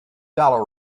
dollar